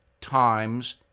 times